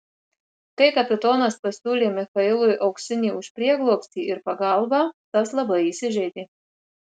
kai kapitonas pasiūlė michailui auksinį už prieglobstį ir pagalbą tas labai įsižeidė